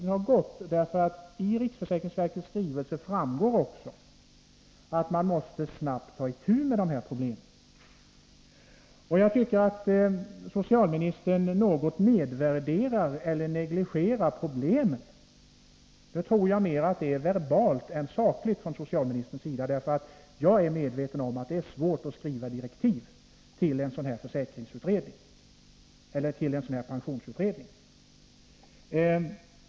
Det framgår nämligen av riksförsäkringsverkets skrivelse att man snabbt måste ta itu med de här problemen. Jag tycker att socialministern något negligerar problemen. Men jag tror att det är mer verbalt än sakligt från socialministerns sida. Jag är medveten om att det är svårt att skriva direktiv till en pensionsutredning av det här slaget.